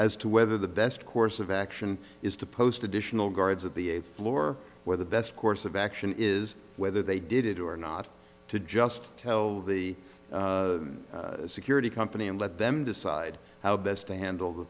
as to whether the best course of action is to post additional guards at the eighth floor where the best course of action is whether they did it or not to just tell the security company and let them decide how best to handle the